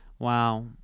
Wow